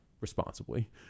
responsibly